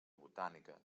botànica